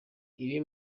iri